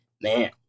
man